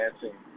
dancing